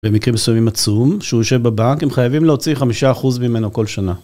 במקרים מסוימים עצום, שהוא יושב בבנק הם חייבים להוציא חמישה אחוז ממנו כל שנה.